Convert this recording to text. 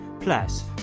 Plus